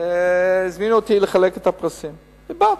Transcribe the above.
בדרך הטבע הזמינו אותי לחלק את הפרסים ובאתי.